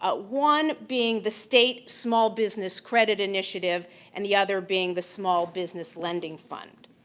ah one, being the state small business credit initiative and the other being the small business lending fund.